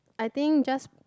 I think just